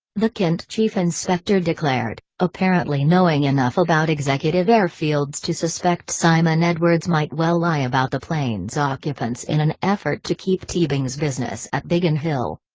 the kent chief inspector declared, apparently knowing enough about executive airfields to suspect simon edwards might well lie about the plane's occupants in an effort to keep teabing's business at biggin hill.